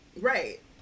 right